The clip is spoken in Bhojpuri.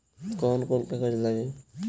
कौन कौन कागज लागी?